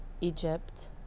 Egypt